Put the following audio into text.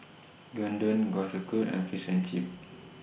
Gyudon Kalguksu and Fish and Chips